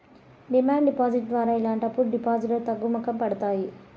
demand deposit ద్వారా ఇలాంటప్పుడు డిపాజిట్లు తగ్గుముఖం పడతాయి